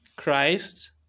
Christ